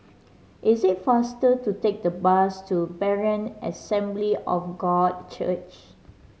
it is faster to take the bus to Berean Assembly of God Church